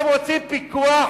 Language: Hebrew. אתם רוצים פיקוח?